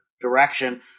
direction